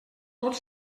tot